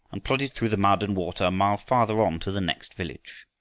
and plodded through the mud and water a mile farther on to the next village.